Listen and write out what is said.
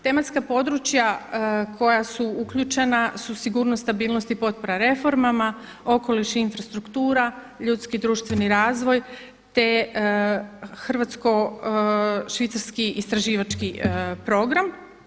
Tematska područja koja su uključena su sigurnost, stabilnost i potpora reformama, okoliš i infrastruktura, ljudski i društveni razvoj te hrvatsko-švicarski istraživački program.